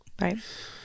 right